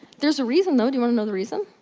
there's a reason though, do you wanna know the reason?